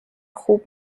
خوب